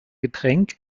getränk